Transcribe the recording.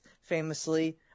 famously